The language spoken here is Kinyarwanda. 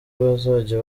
bazajya